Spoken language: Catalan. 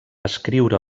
escriure